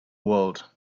world